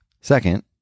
Second